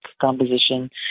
composition